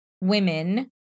women